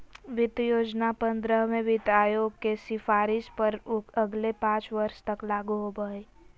वित्त योजना पंद्रहवें वित्त आयोग के सिफारिश पर अगले पाँच वर्ष तक लागू होबो हइ